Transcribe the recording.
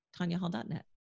tanyahall.net